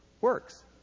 works